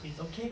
it's okay